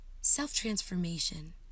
self-transformation